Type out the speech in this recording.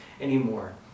anymore